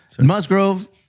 Musgrove